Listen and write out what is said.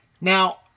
Now